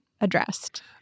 addressed